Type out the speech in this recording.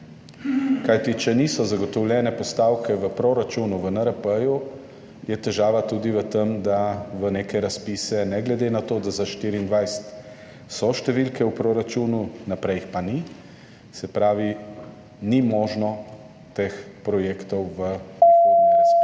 Kajti če niso zagotovljene postavke v proračunu v NRP, je težava tudi v tem, da nekih razpisov, ne glede na to, da za 2024 so številke v proračunu, naprej jih pa ni, ni možno teh projektov v prihodnje razpisati.